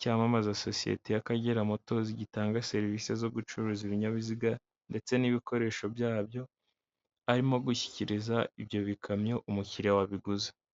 cyamamaza sosiyete y'Akagera motozi zitanga serivisi zo gucuruza ibinyabiziga ndetse n'ibikoresho byabyo, arimo gushyikiriza ibyo bikamyo umukiriya wabiguze.